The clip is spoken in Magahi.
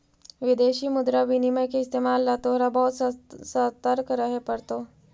विदेशी मुद्रा विनिमय के इस्तेमाल ला तोहरा बहुत ससतर्क रहे पड़तो